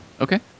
Okay